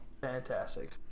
Fantastic